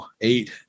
eight